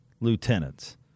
lieutenants